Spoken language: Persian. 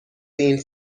این